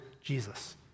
Jesus